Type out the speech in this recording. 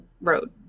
road